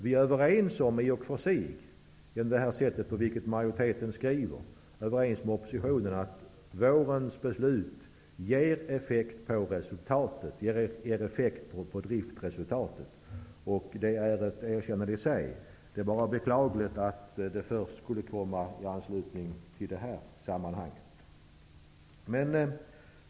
Vi är nu i och för sig -- genom utskottsmajoritetens skrivning -- överens med oppositionen om att vårens beslut ger effekt på driftresultatet. Det är ett erkännande i sig. Det är bara beklagligt att det kommer i det här sammanhanget.